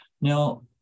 Now